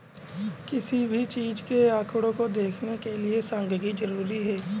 किसी भी चीज के आंकडों को देखने के लिये सांख्यिकी जरूरी हैं